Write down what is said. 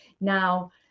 now